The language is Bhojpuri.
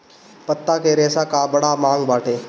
पत्ता के रेशा कअ बड़ा मांग बाटे